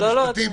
לא, אדוני.